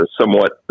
Somewhat